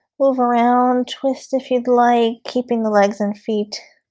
move around twist if you'd like keeping the legs and feet